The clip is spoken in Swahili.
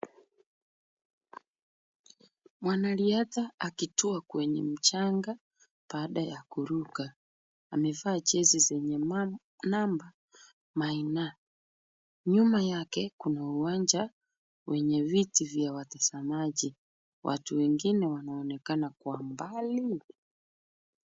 Mwanariadha akitua kwenye mchanga baada ya kuruka. Amevaa jezi zenye namba Maina. Nyuma yake kuna uwanja wenye viti za watazamaji, watu wengine wanaonekana kwa mbali.